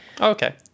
Okay